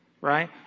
right